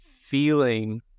feeling